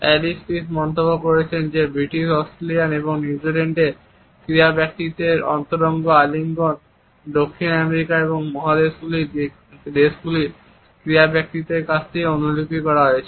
Allen Peace মন্তব্য করেছেন যে ব্রিটিশ অস্ট্রেলিয়ান এবং নিউজিল্যান্ডের ক্রীড়া ব্যক্তিত্বের অন্তরঙ্গ আলিঙ্গন দক্ষিণ আমেরিকা এবং মহাদেশীয় দেশগুলির ক্রীড়া ব্যক্তিদের কাছ থেকে অনুলিপি করা হয়েছে